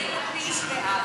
יאיר לפיד, בעד.